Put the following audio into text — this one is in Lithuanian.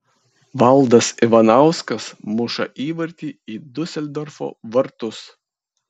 valdas ivanauskas muša įvartį į diuseldorfo vartus